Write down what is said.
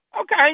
okay